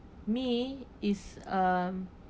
me is um